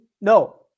No